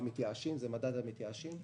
זה מדד המתייאשים.